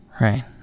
right